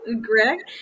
Greg